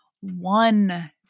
one